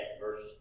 verse